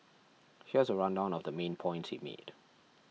here's a rundown of the main points he made